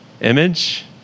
image